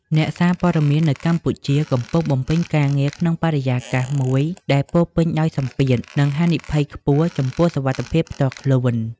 អ្នកសារព័ត៌មាននៅកម្ពុជាកំពុងបំពេញការងារក្នុងបរិយាកាសមួយដែលពោរពេញដោយសម្ពាធ និងហានិភ័យខ្ពស់ចំពោះសុវត្ថិភាពផ្ទាល់ខ្លួន។